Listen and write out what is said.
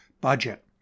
budget